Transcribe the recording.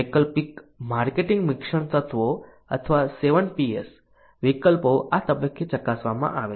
વૈકલ્પિક માર્કેટિંગ મિશ્રણ તત્વો અથવા 7Ps વિકલ્પો આ તબક્કે ચકાસવામાં આવે છે